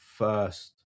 first